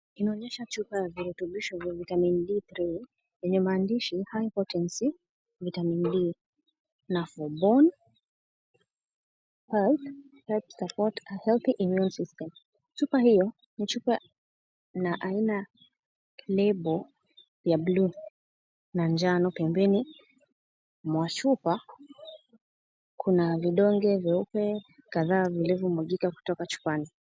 Inaonyesha chupa ya virutubisho vya vitamini D3 yenye maandishi, High Potency Vitamin D na for bone health. Helps support a healthy immune system . Chupa hiyo ni chupa na aina ya lebo ya bluu na njano pembeni mwa chupa. Kuna vidonge vyeupe kadhaa vilivyomwagika kutoka chupani.